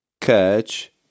catch